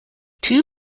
two